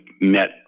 met